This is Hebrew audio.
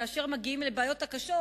וכאשר מגיעים לבעיות הקשות,